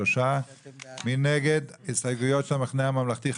3. מי נגד ההסתייגות של המחנה הממלכתי?